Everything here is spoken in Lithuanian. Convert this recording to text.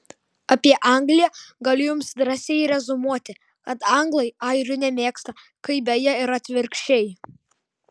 apie angliją galiu jums drąsiai reziumuoti kad anglai airių nemėgsta kaip beje ir atvirkščiai